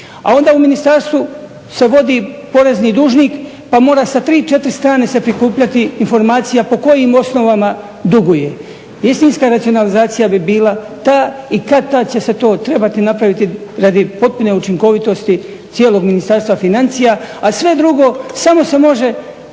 A onda u Ministarstvu se vodi porezni dužnik pa mora sa tri, četiri strane se prikupljati informacija po kojim osnovama duguje. Istinska racionalizacija bi bila ta i kad-tad će se to trebati napraviti radi potpune učinkovitosti cijelog Ministarstva financija, a sve drugo samo se može